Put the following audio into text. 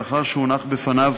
לאחר שהונח בפניו